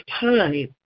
time